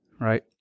right